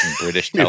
british